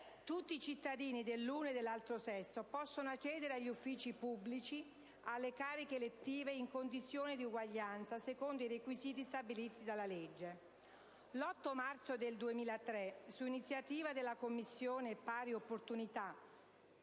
«Tutti i cittadini dell'uno o dell'altro sesso possono accedere agli uffici pubblici e alle cariche elettive in condizioni di eguaglianza, secondo i requisiti stabiliti dalla legge». L'8 marzo del 2003, su iniziativa della Commissione pari opportunità